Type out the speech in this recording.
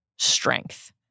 Strength